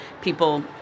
people